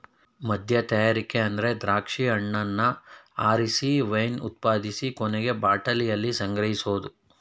ಮದ್ಯತಯಾರಿಕೆ ಅಂದ್ರೆ ದ್ರಾಕ್ಷಿ ಹಣ್ಣನ್ನ ಆರಿಸಿ ವೈನ್ ಉತ್ಪಾದಿಸಿ ಕೊನೆಗೆ ಬಾಟಲಿಯಲ್ಲಿ ಸಂಗ್ರಹಿಸೋದು